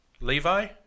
Levi